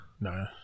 No